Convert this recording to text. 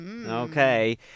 Okay